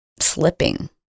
slipping